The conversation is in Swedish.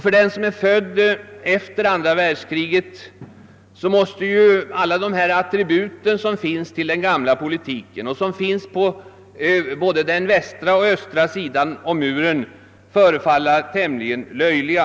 För den som är född efter andra världskriget måste ju alla dessa attribut i den gamla politiken som "förekommer på både västra och östra sidan om muren förefalla tämligen löjliga.